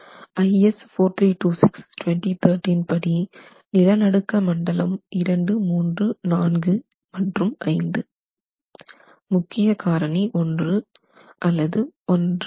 IS 43262013 படி நிலநடுக்க மண்டலம் 234 மற்றும் 5 முக்கிய காரணி 1 1